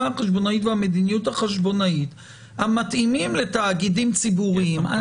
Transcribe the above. החשבונאית והמדיניות החשבונאית המתאימים לתאגידים ציבוריים.